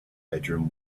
bedroom